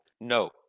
No